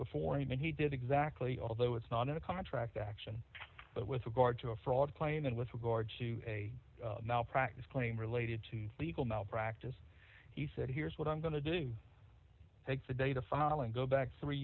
before him and he did exactly although it's not in a contract action but with regard to a fraud claim and with regard to a malpractise claim related to legal malpractise he said here's what i'm going to do take the data file and go back three